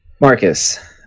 Marcus